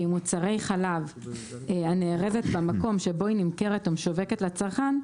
שהיא מוצרי חלב הנארזת במקום שבו היא נמכרת ומשווקת לצרכן,